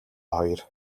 хоёр